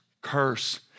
curse